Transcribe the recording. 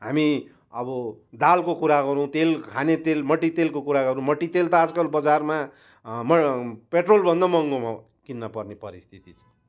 हामी अब दालको कुरा गरौँ तेल खानेतेल मट्टीतेलको कुरा गरौँ मट्टीतेल त आजकल बजारमा म पेट्रोलभन्दा महँगो भयो किन्नपर्ने परिस्थिति छ